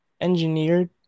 engineered